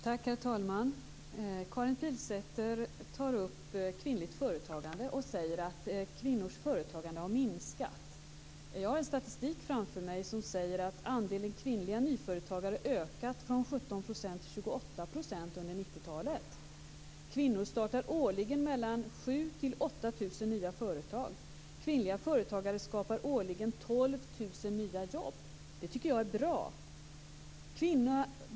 Herr talman! Karin Pilsäter tar upp kvinnligt företagande och säger att kvinnors företagande har minskat. Jag har statistik framför mig som säger att andelen kvinnliga nyföretagare har ökat från 17 % till 7 000 och 8 000 nya företag. Kvinnliga företagare skapar årligen 12 000 nya jobb. Det tycker jag är bra.